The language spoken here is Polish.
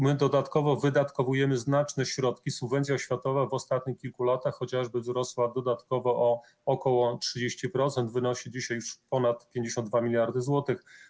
My dodatkowo wydatkujemy znaczne środki: subwencja oświatowa w ostatnich kilku latach chociażby wzrosła o ok. 30%, wynosi dzisiaj już ponad 52 mld zł.